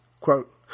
quote